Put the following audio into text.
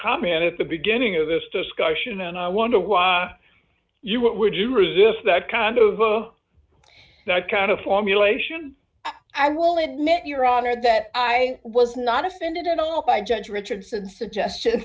comment at the beginning of this discussion and i wonder why you would you resist that kind of that kind of formulation i will admit your honor that i was not offended at all by judge richardson suggest